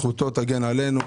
זכותו תגן עלינו.